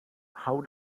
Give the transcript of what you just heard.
how